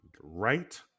right